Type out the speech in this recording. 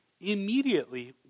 immediately